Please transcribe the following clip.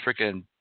freaking